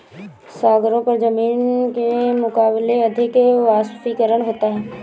सागरों पर जमीन के मुकाबले अधिक वाष्पीकरण होता है